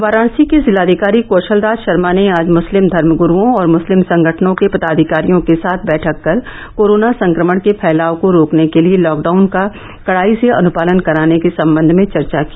वाराणसी के जिलाधिकारी कौशल राज शर्मा ने आज मुस्लिम धर्मगुरूओं और मुस्लिम संगठनों के पदाधिकारियों के साथ बैठक कर कोरोना संक्रमण के फैलाव को रोकने के लिए लॉकडाउन का कड़ाई से अनुपालन कराने के संबंध में चर्चा की